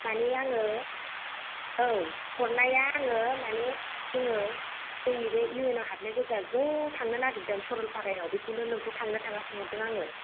मानि आङो औ हरनाया आङो माने जोङो जोंनि बे इउ एन आव हाबनाय गोजा ज' थांनो नागिरदों सरलफाराआव बेखौनो नोंखौ थाङोना थाङा सोंहरदों आङो